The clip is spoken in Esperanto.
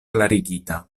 klarigita